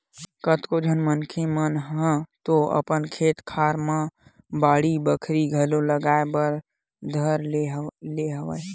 कतको झन मनखे मन ह तो अपन खेत खार मन म बाड़ी बखरी घलो लगाए बर धर ले हवय